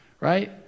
right